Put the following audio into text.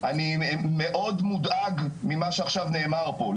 אני מאוד מודאג ממה שעכשיו נאמר פה.